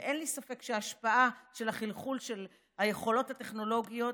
אין לי ספק שההשפעה של החלחול של היכולות הטכנולוגיות,